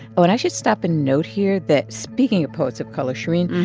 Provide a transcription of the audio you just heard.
ah and i should stop and note here that, speaking of poets of color, shereen.